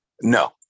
No